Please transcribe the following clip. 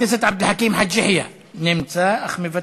חבר הכנסת עבד אל חכים חאג' יחיא, נמצא אך מוותר.